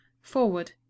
forward